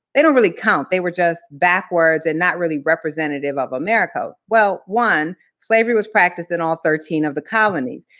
they don't really count. they were just backwards and not really representative of america. well, one, slavery was practiced in all thirteen of the colonies,